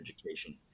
education